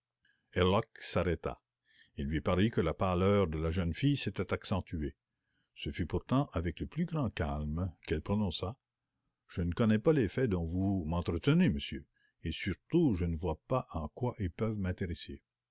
il lui parut que la pâleur de la jeune fille s'était accentuée ce fut pourtant avec le plus grand calme qu'elle prononça j'ignore absolument les faits dont vous m'entretenez monsieur et surtout je ne vois pas en quoi ils peuvent m'intéresser